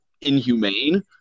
inhumane